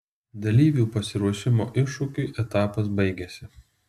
dalyvių pasiruošimo iššūkiui etapas baigiasi